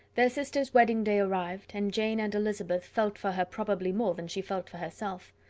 their sister's wedding day arrived and jane and elizabeth felt for her probably more than she felt for herself.